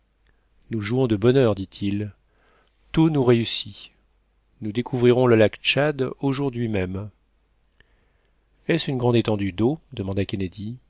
nous jouons de bonheur dit-il tout nous réussit nous découvrirons le lac tchad aujourd'hui même est-ce une grande étendue d'eau demanda